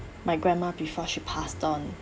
my grandma before she passed on